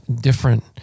different